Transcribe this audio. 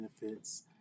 Benefits